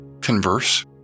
converse